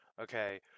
okay